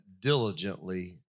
diligently